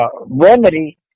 remedy